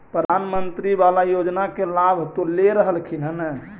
प्रधानमंत्री बाला योजना के लाभ तो ले रहल्खिन ह न?